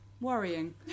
worrying